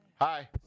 Hi